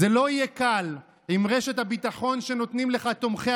זה לא יהיה קל עם רשת הביטחון שנותנים לך תומכי